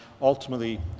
ultimately